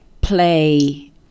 play